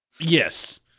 yes